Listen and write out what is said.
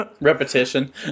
Repetition